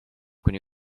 kuni